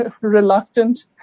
reluctant